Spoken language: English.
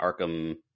arkham